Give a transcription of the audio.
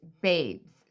babes